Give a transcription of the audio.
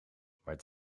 maar